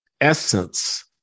essence